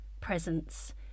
presence